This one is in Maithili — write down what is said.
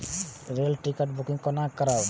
रेल टिकट बुकिंग कोना करब?